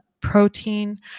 protein